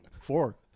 four